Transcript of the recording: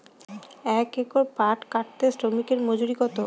এক একর পাট কাটতে শ্রমিকের মজুরি কত?